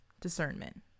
discernment